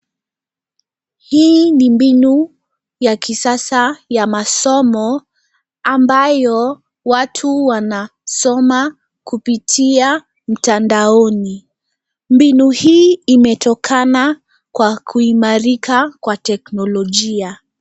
Hii ni mbinu ya kisasa ya masomo ambayo watu wanasoma kupitia mtandaoni. Mbinu hii imetokana kwa kuimarika kwa teknolojia.